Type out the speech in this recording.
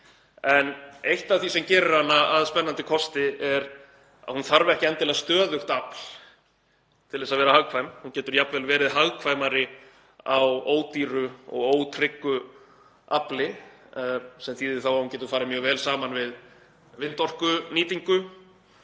en eitt af því sem gerir hana að spennandi kosti er að hún þarf ekki endilega stöðugt afl til þess að vera hagkvæm. Hún getur jafnvel verið hagkvæmari á ódýru og ótryggu afli, sem þýðir þá að hún getur farið mjög vel saman við vindorkunýtingu.